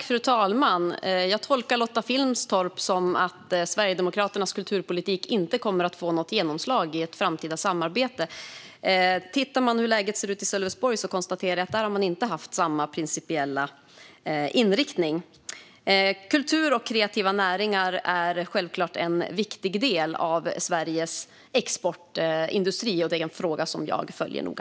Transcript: Fru talman! Jag tolkar Lotta Finstorp som att Sverigedemokraternas kulturpolitik inte kommer att få något genomslag i ett framtida samarbete. Jag konstaterar att man inte har haft samma principiella inriktning i Sölvesborg. Kultur och kreativa näringar är självklart en viktig del av Sveriges exportindustri. Det är en fråga som jag följer noga.